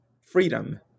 freedom